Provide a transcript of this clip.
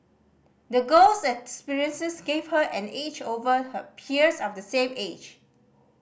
the girl's experiences gave her an edge over her peers of the same age